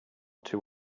too